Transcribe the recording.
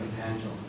potential